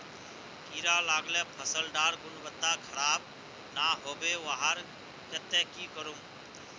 कीड़ा लगाले फसल डार गुणवत्ता खराब ना होबे वहार केते की करूम?